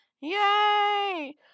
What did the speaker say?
Yay